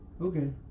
Okay